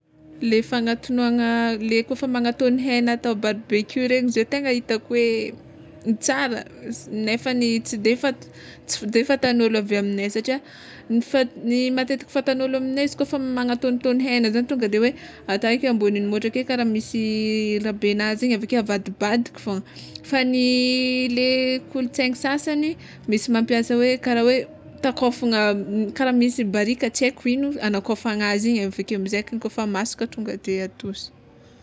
Le fagnatognoana le kôfa magnatogno hegna atao barbecue regny zao tegna hitako tsara nefany tsy de fat- tsy de fantan'ôlo avy amignay satria ny fa- matetiky fantan'ôlo aminay izy kôfa magnatonotono hegna zany tonga de hoe atao eky ambonin'ny motro ake kara misy rabenazy igny ake avadibadiky fogna fa ny le kolontsainy sasany misy mampiasa hoe kara hoe takôfana kara misy barika tsy aiko ino hagnakôfana azy igny avekeo amizay koa fa masaka tonga de atosy.